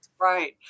Right